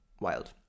wild